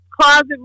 closet